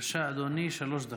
בבקשה, אדוני, שלוש דקות.